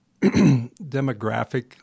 demographic